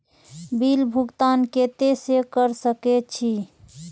Bill भुगतान केते से कर सके छी?